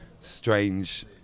strange